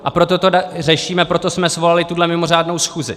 A proto to řešíme, proto jsme svolali tuhle mimořádnou schůzi.